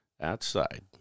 outside